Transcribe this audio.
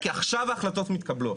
כי עכשיו ההחלטות מתקבלות.